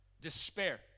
despair